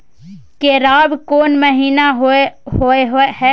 केराव कोन महीना होय हय?